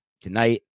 tonight